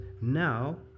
Now